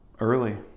early